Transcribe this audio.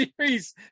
series